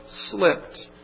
slipped